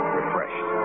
refreshed